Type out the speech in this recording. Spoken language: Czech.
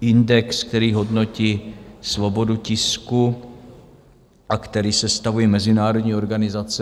index, který hodnotí svobodu tisku a který sestavují mezinárodní organizace.